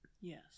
Yes